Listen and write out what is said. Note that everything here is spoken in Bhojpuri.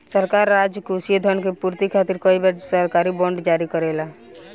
सरकार राजकोषीय धन के पूर्ति खातिर कई बार सरकारी बॉन्ड जारी करेला